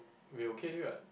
we okay already [what]